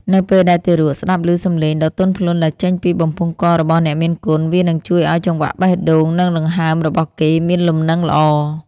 នៅពេលដែលទារកស្ដាប់ឮសំឡេងដ៏ទន់ភ្លន់ដែលចេញពីបំពង់ករបស់អ្នកមានគុណ វានឹងជួយឱ្យចង្វាក់បេះដូង និងដង្ហើមរបស់គេមានលំនឹងល្អ។